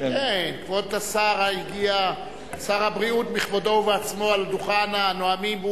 כבוד שר הבריאות בכבודו ובעצמו על דוכן הנואמים,